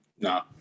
No